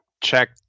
check